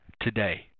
today